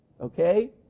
okay